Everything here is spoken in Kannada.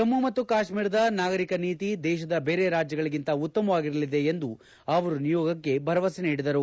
ಜಮ್ನು ಮತ್ತು ಕಾಶ್ಲೀರದ ನಾಗರಿಕ ನೀತಿ ದೇಶದ ಬೇರೆ ರಾಜ್ಯಗಳಿಗಿಂತ ಉತ್ತಮವಾಗಿರಲಿದೆ ಎಂದು ಅವರು ನಿಯೋಗಕ್ಕೆ ಭರವಸೆ ನೀಡಿದರು